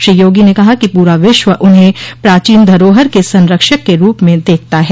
श्री योगी ने कहा कि पूरा विश्व उन्हें प्राचीन धरोहर के संरक्षक के रूप में देखता है